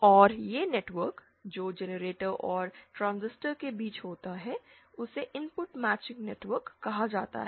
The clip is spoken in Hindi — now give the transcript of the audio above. और यह नेटवर्क जो जनरेटर और ट्रांजिस्टर के बीच होता है उसे इनपुट मैचिंग नेटवर्क कहा जाता है